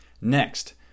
Next